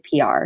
PR